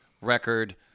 record